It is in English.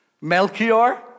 Melchior